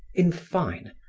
in fine,